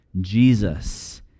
Jesus